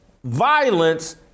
violence